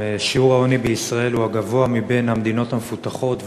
שיעור העוני בישראל הוא הגבוה בין המדינות המפותחות ועומד